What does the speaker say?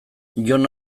jon